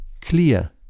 clear